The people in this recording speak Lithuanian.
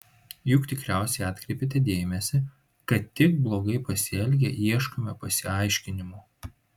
juk tikriausiai atkreipėte dėmesį kad tik blogai pasielgę ieškome pasiaiškinimų